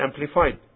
amplified